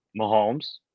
Mahomes